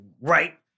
Right